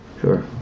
sure